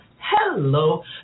hello